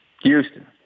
Houston